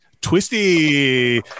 twisty